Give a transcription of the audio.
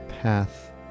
path